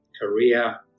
Korea